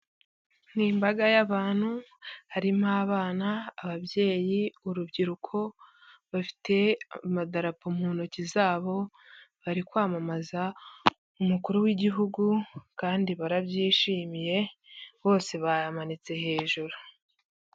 Ni imbaga y'abantu harimo abana, ababyeyi, urubyiruko bafite amadarapo mu ntoki zabo bari kwamamaza umukuru w'igihugu kandi barabyishimiye bose bayamanitse hejuru.